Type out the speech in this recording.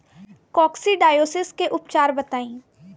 Coccidiosis के उपचार बताई?